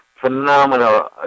phenomenal